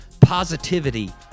positivity